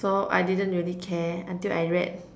so I didn't really care until I read